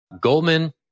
Goldman